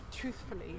truthfully